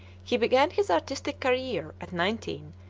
he began his artistic career at nineteen,